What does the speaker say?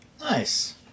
Nice